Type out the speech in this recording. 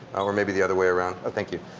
or maybe the other way around. oh, thank you.